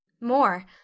More